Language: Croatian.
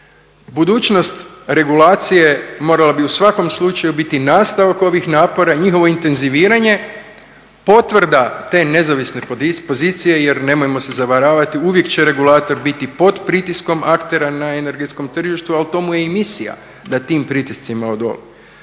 Budućnost regulacije morala bi u svakom slučaju biti nastavak ovih napora, njihovo intenziviranje, potvrda te nezavisne dispozicije jer nemojmo se zavaravati, uvijek će regulator biti pod pritiskom aktera na energetskom tržištu, ali to mu je i misija da tim pritiscima odoli.